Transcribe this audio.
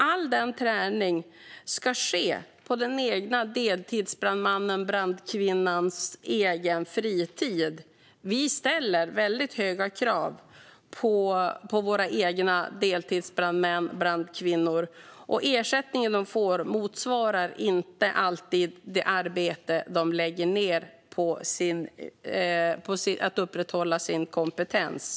All denna träning ska ske på deltidsbrandmannens eller brandkvinnans egen fritid. Vi ställer väldigt höga krav på våra deltidsbrandmän och brandkvinnor, och ersättningen de får motsvarar inte alltid det arbete de lägger ned på att upprätthålla sin kompetens.